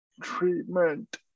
treatment